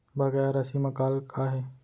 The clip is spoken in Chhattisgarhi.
बकाया राशि मा कॉल का हे?